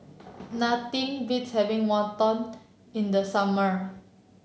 nothing beats having Wonton in the summer